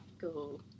go